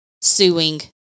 suing